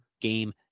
game